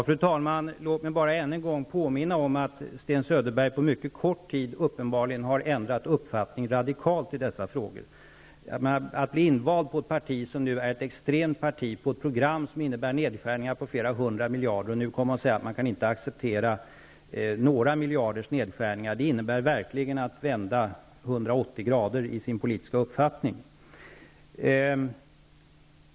Fru talman! Låt mig bara än en gång påminna om att Sten Söderberg, uppenbarligen på mycket kort tid, radikalt har ändrat uppfattning i dessa frågor. Att bli invald för ett parti som nu är ett extremt parti och på ett program som innebär nedskärningar på flera hundra miljarder och nu komma och säga att man inte kan acceptera några miljarders nedskärningar innebär verkligen att vända 180° i sin politiska uppfattning.